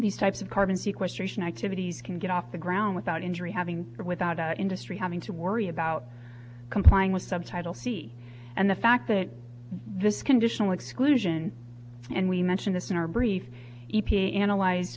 these types of carbon sequestration activities can get off the ground without injury having or without industry having to worry about complying with subtitle c and the fact that this conditional exclusion and we mention this in our brief e p a analyzed